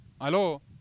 Hello